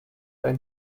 ein